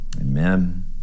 Amen